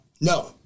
No